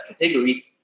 category